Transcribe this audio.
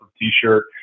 t-shirt